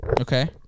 Okay